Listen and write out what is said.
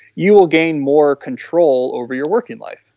you will gain more control over your working life.